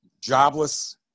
jobless